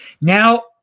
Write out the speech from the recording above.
now